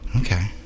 Okay